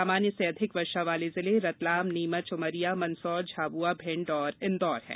सामान्य से अधिक वर्षा वाले जिले रतलाम नीमच उमरिया मंदसौर झाबुआ भिण्ड और इंदौर हैं